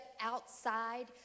outside